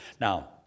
Now